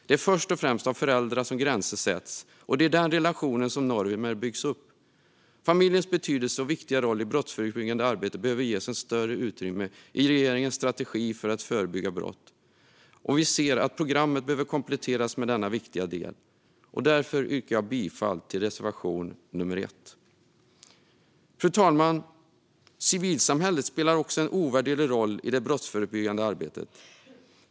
Det är först och främst av föräldrar som gränser sätts, och det är i den relationen som normer byggs upp. Familjens betydelse och viktiga roll i det brottsförebyggande arbetet behöver ges ett större utrymme i regeringens strategi för att förebygga brott. Vi ser att programmet behöver kompletteras med denna viktiga del, och därför yrkar jag bifall till reservation 1. Fru talman! Civilsamhället spelar också en ovärderlig roll i det brottsförebyggande arbetet.